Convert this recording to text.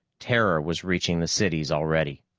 terror was reaching the cities already.